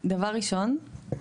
דבר ראשון,